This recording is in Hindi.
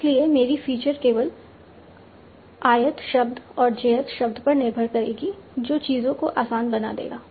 इसलिए मेरी फीचर्स केवल ith शब्द और jth शब्द पर निर्भर करेंगी जो चीजों को आसान बना देगा